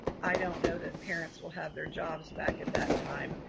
i don't know that parents will have their jobs back at that time.